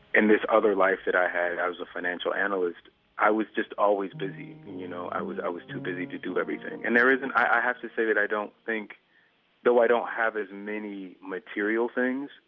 in this other life that i had i was a financial analyst i was just always busy. you know, i was i was too busy to do everything. and i have to say that i don't think though i don't have as many material things,